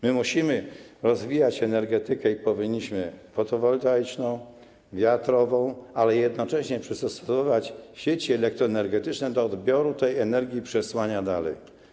Musimy rozwijać energetykę, i powinniśmy, fotowoltaiczną, wiatrową, ale jednocześnie musimy przystosowywać sieci energoelektryczne do odbioru tej energii, przesłania dalej.